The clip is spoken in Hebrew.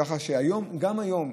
ככה שגם היום,